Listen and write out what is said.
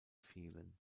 fehlen